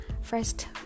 first